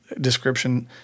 description